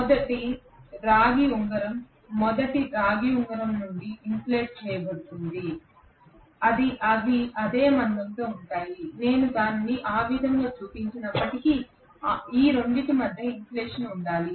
రెండవ రాగి ఉంగరం మొదటి రాగి ఉంగరం నుండి ఇన్సులేట్ చేయబడుతుంది అవి అదే మందంతో ఉంటాయి నేను దానిని ఆ విధంగా చూపించనప్పటికీ ఈ రెండింటి మధ్య ఇన్సులేషన్ ఉండాలి